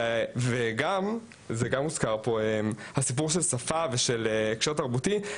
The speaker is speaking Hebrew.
בנוסף, הוזכר פה הסיפור של שפה ושל הקשר תרבותי.